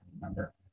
remember